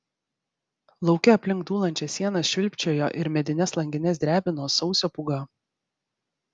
lauke aplink dūlančias sienas švilpčiojo ir medines langines drebino sausio pūga